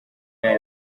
year